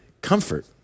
comfort